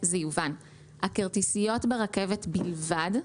לקבל תשובות.